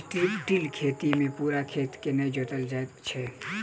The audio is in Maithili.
स्ट्रिप टिल खेती मे पूरा खेत के नै जोतल जाइत छै